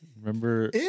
Remember